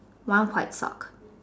one white sock